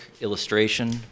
illustration